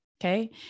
Okay